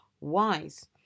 wise